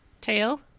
tail